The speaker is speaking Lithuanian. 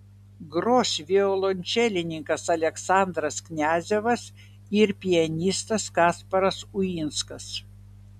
gros violončelininkas aleksandras kniazevas ir pianistas kasparas uinskas